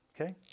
okay